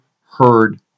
heard